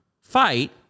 fight